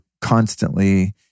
constantly